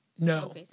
No